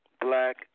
Black